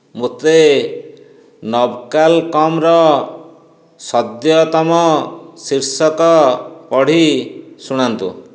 ମୋତେ ନବକାଲ୍କମ୍ର ସଦ୍ୟତମ ଶୀର୍ଷକ ପଢ଼ି ଶୁଣାନ୍ତୁ